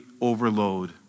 overload